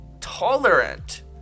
tolerant